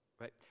Right